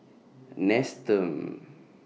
Nestum